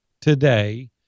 today